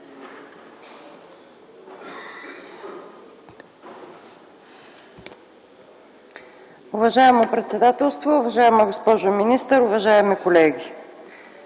Уважаемо Председателство, уважаема госпожо министър, уважаеми колеги!